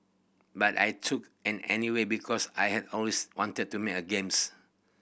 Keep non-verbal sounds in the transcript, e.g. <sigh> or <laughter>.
but I took <unintelligible> anyway because I had always wanted to make a games